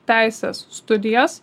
teisės studijas